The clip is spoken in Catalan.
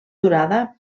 durada